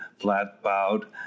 flat-bowed